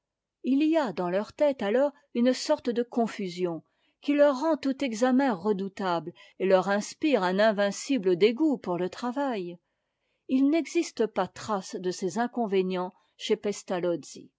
h y a dans leur tête alors une sorte de confusion qui leur rend tout examen redoutable et leur inspire un invincible dégoût pour le travail il n'existe pas de trace de ces inconvénients chez